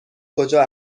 کجا